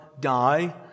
die